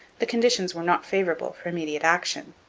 the conditions were not favourable for immediate action.